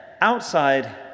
outside